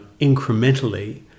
incrementally